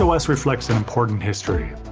so os reflects an important history.